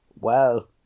Well